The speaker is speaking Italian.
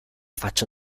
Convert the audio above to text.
faccia